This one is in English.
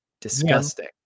Disgusting